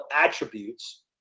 attributes